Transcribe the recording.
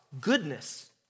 goodness